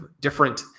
different